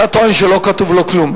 אתה טוען שלא כתוב לו כלום,